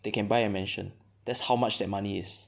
they can buy a mansion that's how much that money is